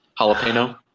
Jalapeno